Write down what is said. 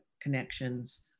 connections